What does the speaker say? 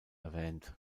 erwähnt